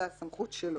זו הסמכות שלו.